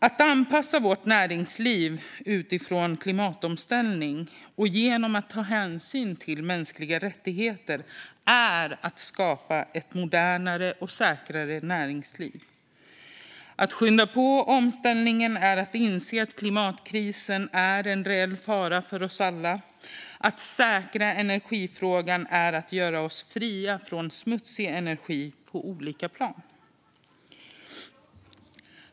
Att anpassa vårt näringsliv utifrån klimatomställningen och att ta hänsyn till mänskliga rättigheter är att skapa ett modernare och säkrare näringsliv. Att skynda på omställningen är att inse att klimatkrisen är en reell fara för oss alla. Att säkra energifrågan är att göra oss fria från smutsig energi på olika plan.